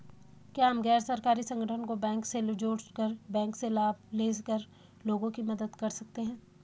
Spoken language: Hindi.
क्या हम गैर सरकारी संगठन को बैंक से जोड़ कर बैंक से लाभ ले कर लोगों की मदद कर सकते हैं?